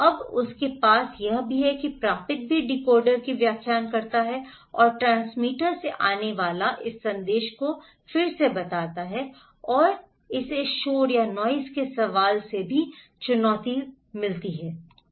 अब उसके पास भी है प्रापक भी डिकोडर की व्याख्या करता है और ट्रांसमीटर से आने वाले इस संदेश को फिर से बताता है और इसे शोर के सवाल से भी चुनौती मिलती है